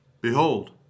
Behold